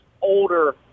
older